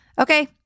okay